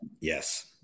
Yes